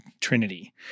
Trinity